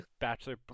bachelor